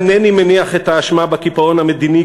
אינני מניח את האשמה בקיפאון המדיני,